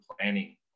planning